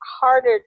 harder